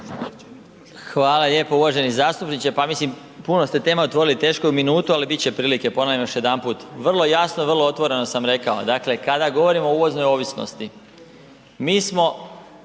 Hvala lijepo. Uvaženi zastupniče, pa mislim, puno ste tema otvorili, teško je u minutu ali biti će prilike, ponavljam još jedanput, vrlo jasno, vrlo otvoreno sam rekao, dakle kada govorimo o uvoznoj ovisnosti mi smo